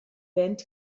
band